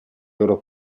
loro